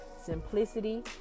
simplicity